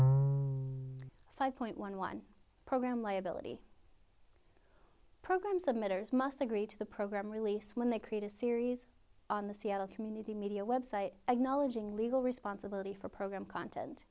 t five point one one program liability program submitters must agree to the program release when they create a series on the seattle community media website knowledge being legal responsibility for program content